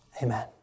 Amen